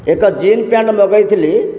ଏକ jean pant ମଗେଇଥିଲି